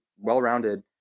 well-rounded